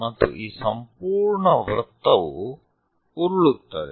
ಮತ್ತು ಈ ಸಂಪೂರ್ಣ ವೃತ್ತವು ಉರುಳುತ್ತದೆ